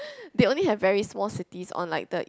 they only have very small cities on like the